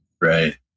Right